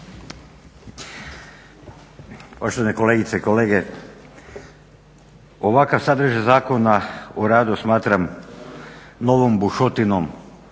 Poštovane kolegice i kolege. Ovakav sadržaj Zakona o radu smatram novom bušotinom